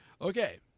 Okay